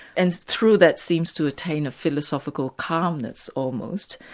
and through that seems to attain a philosophical calmness almost.